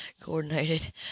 coordinated